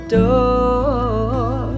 door